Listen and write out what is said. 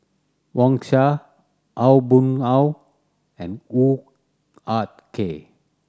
Wang Sha Aw Boon Haw and Hoo Ah Kay